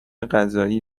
غذایی